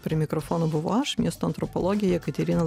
prie mikrofono buvau aš miesto antropologė jekaterina